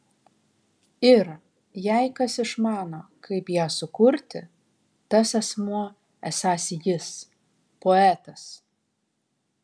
ir jei kas išmano kaip ją sukurti tas asmuo esąs jis poetas